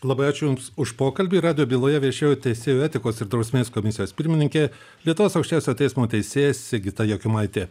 labai ačiū jums už pokalbį rado byloje viešėjo teisėjų etikos ir drausmės komisijos pirmininkė lietuvos aukščiausiojo teismo teisėja sigita jokimaitė